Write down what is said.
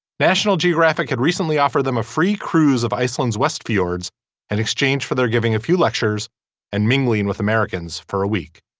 national geographic had recently offered them a free cruise of iceland's west fjords in exchange for their giving a few lectures and mingling with americans for a week.